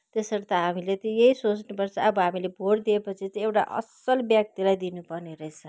त्यसर्थ हामीले त यही सोच्नुपर्छ अब हामीले भोट दिएपछि चाहिँ एउटा असल व्यक्तिलाई दिनुपर्ने रहेछ